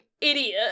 idiot